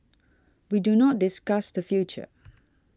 we do not discuss the future